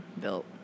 built